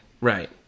Right